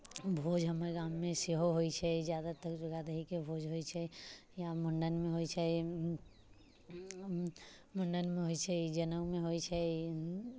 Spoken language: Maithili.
भोज हमर गाममे सेहो होइत छै ज्यादातर चूड़ा दहीके भोज होइत छै यहाँ मुण्डनमे होइत छै मुण्डनमे होइत छै जनेउमे होइत छै